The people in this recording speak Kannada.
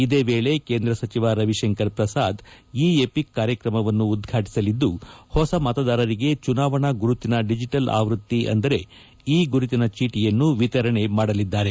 ಇದೇ ವೇಳೆ ಕೇಂದ್ರ ಸಚಿವ ರವಿಶಂಕರ್ ಪ್ರಸಾದ್ ಇ ಎಪಿಕ್ ಕಾರ್ಯಕ್ರಮವನ್ನು ಉದ್ಘಾಟಸಲಿದ್ದು ಹೊಸ ಮತದಾರರಿಗೆ ಚುನಾವಣಾ ಗುರುತಿನ ಡಿಜಿಬಲ್ ಆವೃತ್ತಿ ಅಂದರೆ ಇ ಗುರುತಿನ ಚೀಟಿಯನ್ನು ವಿತರಣೆ ಮಾಡಲಿದ್ದಾರೆ